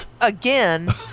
Again